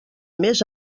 més